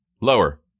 Lower